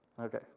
Okay